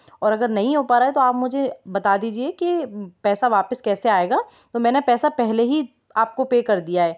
और अगर नहीं हो पा रहा है तो आप मुझे बता दीजिए कि पैसा वापस कैसे आएगा तो मैंने पैसा पहले ही आप को पे कर दिया है